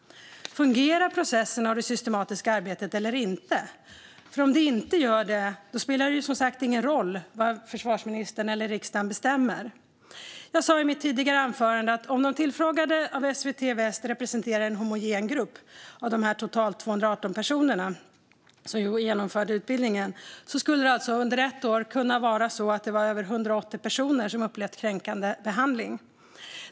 Fungerar processerna och det systematiska arbetet eller inte? Om de inte gör det spelar det ingen roll vad försvarsministern eller riksdagen bestämmer. Jag sa i mitt tidigare anförande att om de som tillfrågats av SVT Väst representerar en homogen grupp av de totalt 218 personerna som genomförde utbildningen skulle det under ett år finnas över 180 personer som har upplevt kränkande behandling.